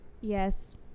Yes